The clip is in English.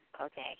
Okay